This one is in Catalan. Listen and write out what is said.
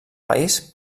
país